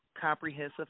comprehensive